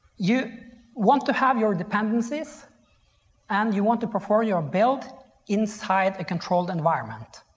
you want to have your dependencies and you want to perform your build inside a controlled environment.